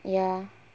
ya